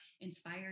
inspired